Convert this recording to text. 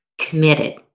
committed